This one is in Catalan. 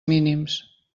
mínims